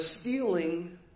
stealing